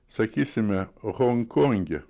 sakysime honkonge